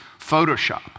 Photoshop